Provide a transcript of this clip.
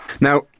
Now